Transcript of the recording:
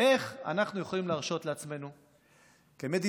איך אנחנו יכולים להרשות לעצמנו כמדינה,